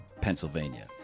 Pennsylvania